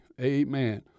amen